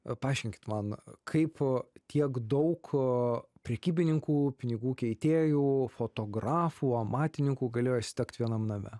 paaiškinkit man kaip tiek daug prekybininkų pinigų keitėjų fotografų amatininkų galėjo išsitekt vienam name